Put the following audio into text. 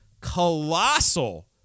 colossal